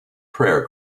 prayer